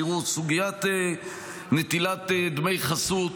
תראו, סוגיית נטילת דמי חסות